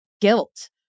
guilt